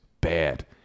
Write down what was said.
bad